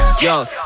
Yo